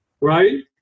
right